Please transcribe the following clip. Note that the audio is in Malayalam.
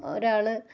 ഒരാള്